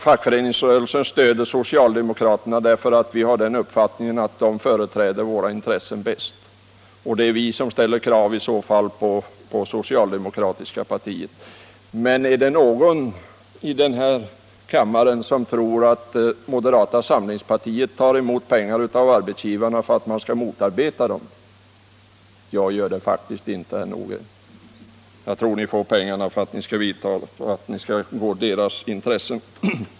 Fackföreningsrörelsen stöder socialdemokraterna därför att vi har den upp fattningen att de företräder våra intressen bättre än något annat politiskt parti, och vi ställer också krav på det socialdemokratiska partiet. Men är det någon här i kammaren som tror att moderata samlingspartiet tar emot pengar av arbetsgivarna för att motarbeta dem? Jag gör det faktiskt inte, herr Nordgren. Jag tror att ni får pengarna för att ni skall hävda arbetsgivarnas intressen.